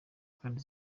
kandi